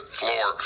floor